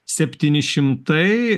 septyni šimtai